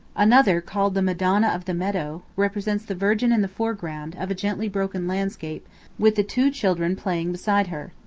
another, called the madonna of the meadow, represents the virgin in the foreground of a gently broken landscape with the two children playing beside her.